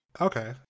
Okay